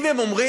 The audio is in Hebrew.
אם הם אומרים: